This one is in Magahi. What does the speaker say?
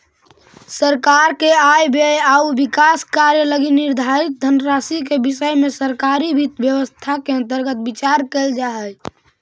सरकार के आय व्यय आउ विकास कार्य लगी निर्धारित धनराशि के विषय में सरकारी वित्त व्यवस्था के अंतर्गत विचार कैल जा हइ